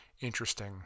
interesting